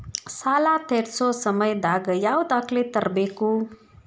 ಸಾಲಾ ತೇರ್ಸೋ ಸಮಯದಾಗ ಯಾವ ದಾಖಲೆ ತರ್ಬೇಕು?